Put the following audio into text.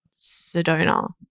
Sedona